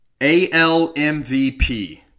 ALMVP